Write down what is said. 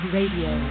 Radio